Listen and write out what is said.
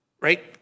Right